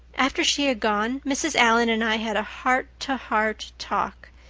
after she had gone mrs. allan and i had a heart-to-heart talk.